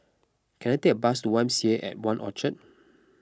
can I take a bus to Y M C A at one Orchard